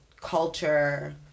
culture